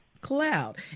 cloud